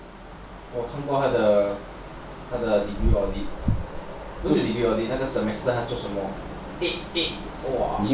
我看过他的 degree audit 不是 degree audit 是那个 semester 他做什么 eight eight !wah!